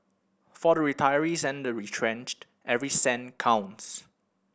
for the retirees and the retrenched every cent counts